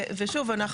שוב,